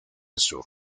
sur